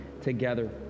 together